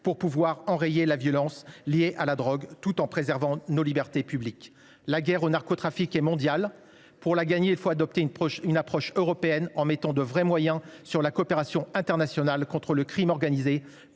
pour enrayer la violence liée à la drogue tout en préservant nos libertés publiques. La guerre contre le narcotrafic est mondiale. Pour la gagner, il faut adopter une approche européenne, en donnant de véritables moyens à la coopération internationale contre le crime organisé